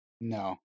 No